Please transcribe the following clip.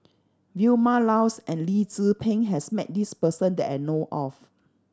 Vilma Laus and Lee Tzu Pheng has met this person that I know of